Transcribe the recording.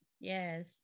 yes